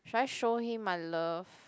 should I show him my love